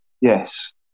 yes